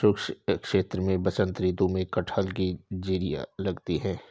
शुष्क क्षेत्र में बसंत ऋतु में कटहल की जिरीयां लगती है